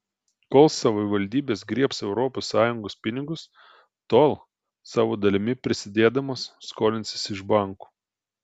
kol savivaldybės griebs europos sąjungos pinigus tol savo dalimi prisidėdamos skolinsis iš bankų